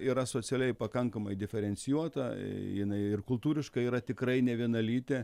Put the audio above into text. yra socialiai pakankamai diferencijuota jinai ir kultūriškai yra tikrai nevienalytė